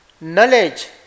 knowledge